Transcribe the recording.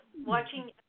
watching